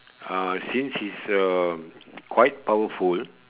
uh since he's err quite powerful